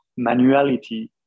manuality